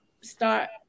start